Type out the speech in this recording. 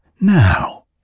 Now